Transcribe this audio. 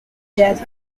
death